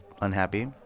unhappy